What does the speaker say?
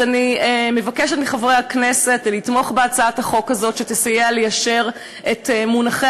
אני מבקשת מחברי הכנסת לתמוך בהצעת החוק הזאת שתסייע ליישר את מונחי